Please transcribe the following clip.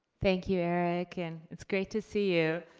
thank you, erik, and it's great to see you.